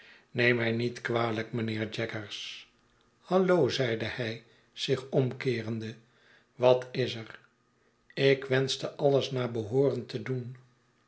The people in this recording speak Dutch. neem mij niet kwalijk mijnheer jaggers hallo zeide hij zich omkeerende wat is er ik wenschte ailes naar behooren te doen